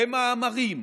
במאמרים,